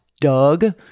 Doug